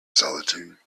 solicitude